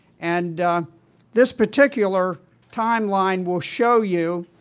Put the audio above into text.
and this particular time line will show you,